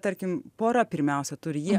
tarkim pora pirmiausia turi jie